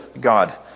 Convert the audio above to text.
God